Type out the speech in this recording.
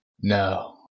No